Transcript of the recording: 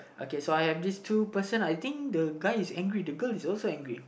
okay so I have this two person I think the guy is angry the girl is also angry